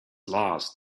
last